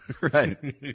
Right